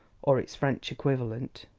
or its french equivalent.